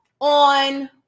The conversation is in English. on